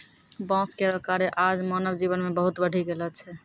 बांस केरो कार्य आज मानव जीवन मे बहुत बढ़ी गेलो छै